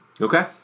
Okay